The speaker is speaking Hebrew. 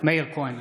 מאיר כהן,